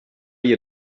you